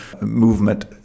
movement